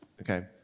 Okay